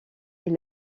est